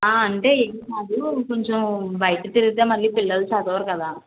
అంటే ఏమి కాదు కొంచెం బయట తిరిగితే మళ్ళీ పిల్లలు చదవరు కదా